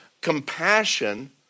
compassion